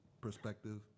perspective